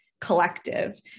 collective